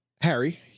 Harry